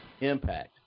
impact